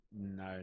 no